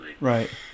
Right